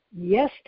yes